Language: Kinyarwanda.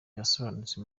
byasohotse